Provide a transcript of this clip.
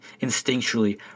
instinctually